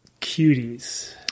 cuties